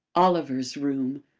oliver's room!